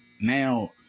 now